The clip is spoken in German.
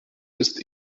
ist